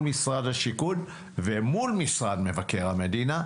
משרד השיכון ומול משרד מבקר המדינה,